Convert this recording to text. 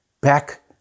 back